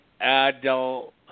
Adel